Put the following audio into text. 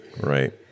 Right